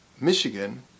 Michigan